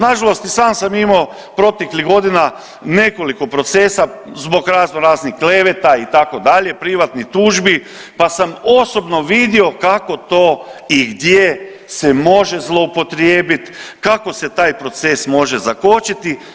Nažalost i sam sam imao proteklih godina nekoliko procesa zbog raznoraznih kleveta itd., privatnih tužbi pa sam osobno vidio kako to i gdje se može zloupotrijebit, kako se taj proces može zakočiti.